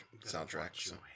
soundtrack